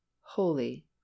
Holy